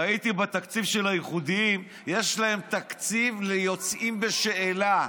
ראיתי בתקציב של הייחודיים שיש להם תקציב ליוצאים בשאלה.